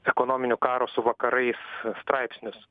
ekonominio karo su vakarais straipsnius